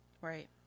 right